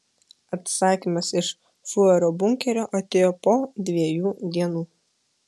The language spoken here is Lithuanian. atsakymas iš fiurerio bunkerio atėjo po dviejų dienų